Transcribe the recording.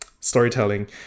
storytelling